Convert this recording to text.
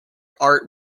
art